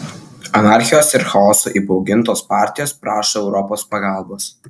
anarchijos ir chaoso įbaugintos partijos prašo europos pagalbos